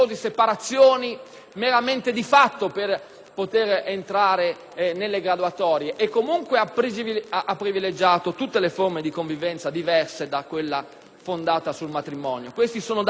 poter entrare nelle graduatorie e comunque ha privilegiato tutte le forme di convivenza diverse da quella fondata sul matrimonio. Questi sono dati di fatto che il Governo ha ben presente, che abbiamo denunciato